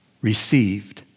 received